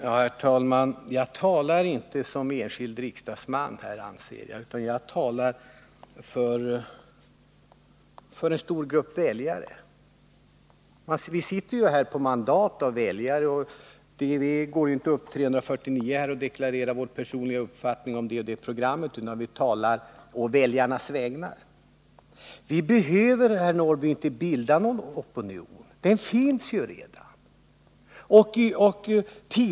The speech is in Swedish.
Herr talman! Jag talar inte som enskild riksdagsman här, utan jag anser att jagtalar för en stor grupp väljare. Visitter ju här på mandat av väljare. Vi 349 går inte upp och deklarerar vår personliga uppfattning om det och det programmet, utan vi talar på väljarnas vägnar. Vi behöver inte bilda en opinion, den finns gå redan!